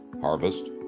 harvest